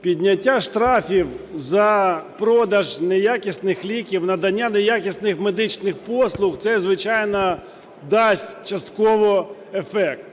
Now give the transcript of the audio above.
підняття штрафів за продаж неякісних ліків, надання неякісних медичних послуг – це, звичайно, дасть частково ефект.